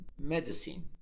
medicine